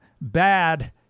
bad